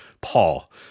Paul